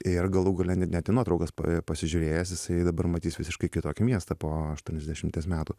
ir galų gale ne net į nuotraukas pasižiūrėjęs jisai dabar matys visiškai kitokį miestą po aštuoniasdešimties metų